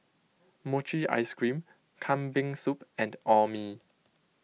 Mochi Ice Cream Kambing Soup and Orh Nee